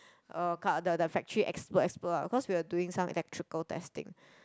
oh the the factory explode explode ah cause we were doing some electrical testing